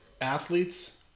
Athletes